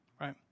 right